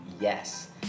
yes